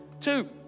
two